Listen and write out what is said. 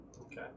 Okay